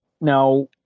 Now